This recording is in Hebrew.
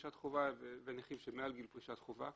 פרישת חובה ונכים שהם מעל גיל פרישת חובה.